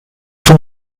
von